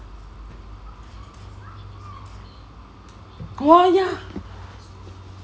!whoa! ya